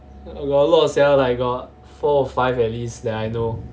got a lot sia like got four or five at least that I know